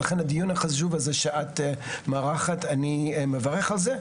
לכן הדיון החשוב הזה שאת עורכת, אני מברך עליו.